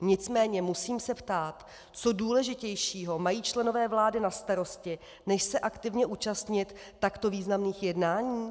Nicméně musím se ptát, co důležitějšího mají členové vlády na starosti než se aktivně účastnit takto významných jednání.